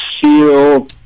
SEAL